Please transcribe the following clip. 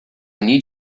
need